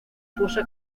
fosa